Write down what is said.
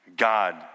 God